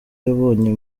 yabonye